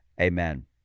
amen